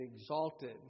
exalted